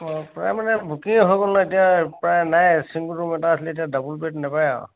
অঁ প্ৰায় মানে বুকিঙই হৈ গ'ল ন এতিয়া প্ৰায় নাই চিংগল ৰুম এটা আছিলে এতিয়া ডাবল বেড নাপায় আৰু